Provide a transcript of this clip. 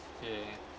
ya